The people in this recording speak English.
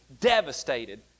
devastated